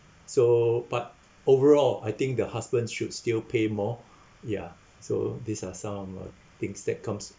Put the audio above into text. so but overall I think the husband should still pay more ya so these are some of the things that comes